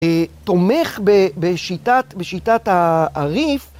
תומך בשיטת הריף.